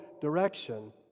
direction